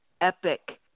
epic